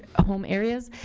home areas.